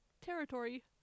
territory